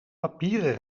papieren